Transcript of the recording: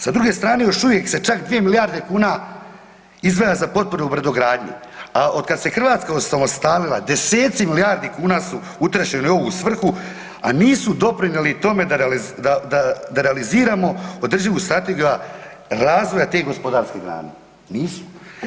Sa druge strane još uvijek se čak 2 milijarde kuna izdvaja za potporu brodogradnji, a od kad se Hrvatska osamostalila desetci milijardi kuna su utrošeni u ovu svrhu, a nisu doprinijeli tome da realiziramo održivu strategiju razvoja te gospodarske grane, nisu.